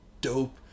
dope